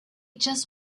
just